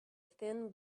thin